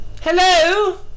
Hello